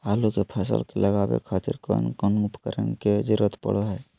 आलू के फसल लगावे खातिर कौन कौन उपकरण के जरूरत पढ़ो हाय?